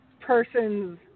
persons